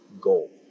goal